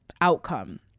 outcome